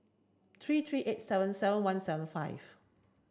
three three eight seven seven one seven five